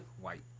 White